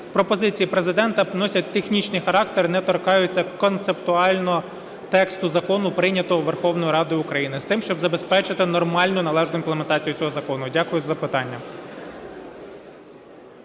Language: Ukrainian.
пропозиції Президента носять технічний характер і не торкаються концептуально тексту закону, прийнятого Верховною Радою України, з тим щоб забезпечити нормальну належну імплементацію цього закону. Дякую за питання.